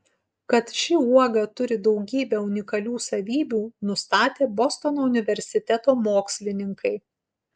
kad ši uoga turi daugybę unikalių savybių nustatė bostono universiteto mokslininkai